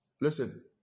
Listen